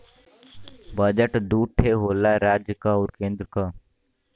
budget दू ठे होला राज्य क आउर केन्द्र क